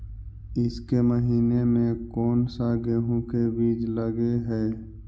ईसके महीने मे कोन सा गेहूं के बीज लगे है?